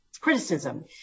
criticism